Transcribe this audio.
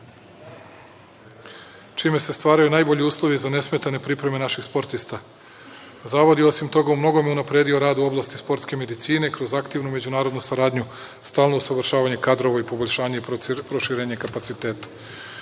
čime se stvaraju najbolji uslovi za nesmetane pripreme naših sportista. Zavod je osim toga u mnogome unapredio rad u oblasti sportske medicine kroz aktivnu međunarodnu saradnju, stalno usavršavanje kadrova i poboljšanje i proširenje kapaciteta.U